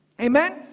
Amen